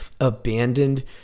abandoned